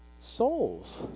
souls